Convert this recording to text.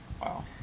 Wow